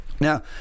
Now